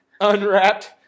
Unwrapped